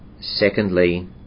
Secondly